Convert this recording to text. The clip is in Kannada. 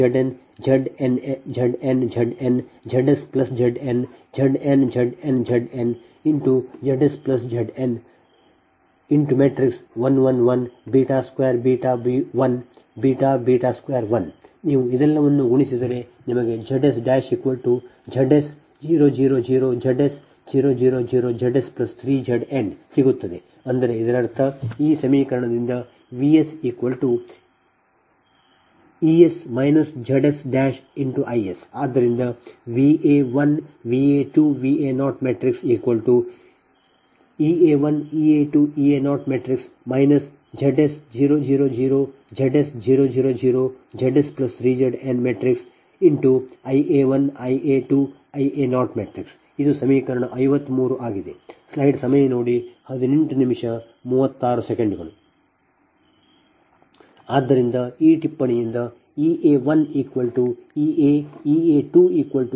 Zs131 2 1 2 1 1 1 ZsZn Zn Zn Zn ZsZn Zn Zn Zn ZsZn 1 1 1 2 1 2 1 ನೀವು ಇವೆಲ್ಲವನ್ನೂ ಗುಣಿಸಿದರೆ ನಿಮಗೆ ZsZs 0 0 0 Zs 0 0 0 Zs3Zn ಸಿಗುತ್ತದೆ ಅಂದರೆ ಇದರರ್ಥ ಈ ಸಮೀಕರಣದಿಂದ VsEs ZsIs ಆದ್ದರಿಂದ Va1 Va2 Va0 Ea1 Ea2 Ea0 Zs 0 0 0 Zs 0 0 0 Zs3Zn Ia1 Ia2 Ia0 ಇದು ಸಮೀಕರಣ 53 ಆಗಿದೆ